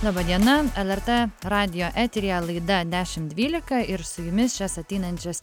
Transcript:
laba diena lrt radijo eteryje laida dešimt dvylika ir su jumis šias ateinančias